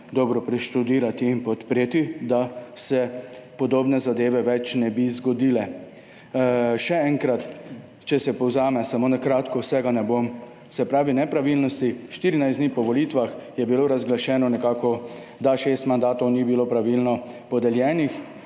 dobro preštudirati in podpreti, da se podobne zadeve več ne bi zgodile. Še enkrat, če se povzamem samo na kratko, vsega ne bom. Se pravi, nepravilnosti, 14 dni po volitvah je bilo razglašeno nekako, da šest mandatov ni bilo pravilno podeljenih.